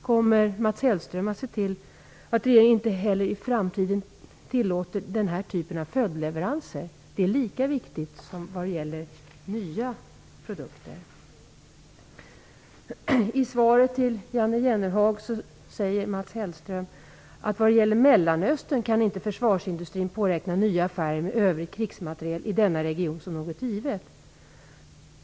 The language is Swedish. Kommer Mats Hellström se till att regeringen inte heller i framtiden tillåter den typen av följdleveranser? Det är lika viktigt som vad gäller nya produkter. I sitt svar till Jan Jennehag säger Mats Hellström att vad gäller Mellanöstern kan inte försvarsindustrin "påräkna nya affärer med övrig krigsmateriel i denna region som något givet."